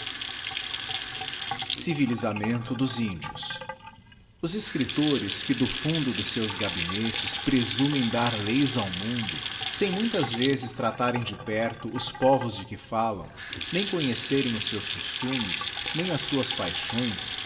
civili amento dos índios oô escriptores que do fundo dos seus gabinetes ptesumem dar leis ao mundo sem muitas vezes trafafem íe perto os povos de que faílam nem conhecôfem os seus costumes nem as suas paixões